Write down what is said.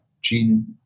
gene